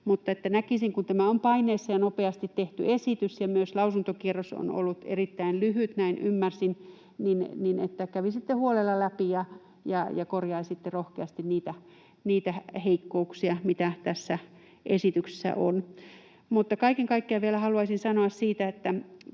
koska tämä on paineessa ja nopeasti tehty esitys ja myös lausuntokierros on ollut erittäin lyhyt, näin ymmärsin, niin kävisitte huolella läpi ja korjaisitte rohkeasti niitä heikkouksia, mitä tässä esityksessä on. Kaiken kaikkiaan vielä haluaisin sanoa siitä,